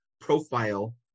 profile